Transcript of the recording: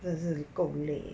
这的是够累